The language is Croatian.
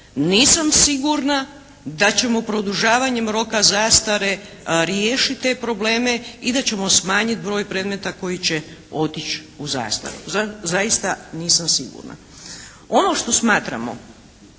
Nisam sigurna da ćemo produžavanjem roka zastare riješiti te probleme i da ćemo smanjiti broj predmeta koji će otići u zastaru. Zaista nisam sigurna. Ono što smatramo